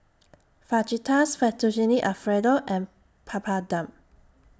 Fajitas Fettuccine Alfredo and Papadum